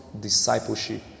discipleship